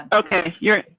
and okay. you're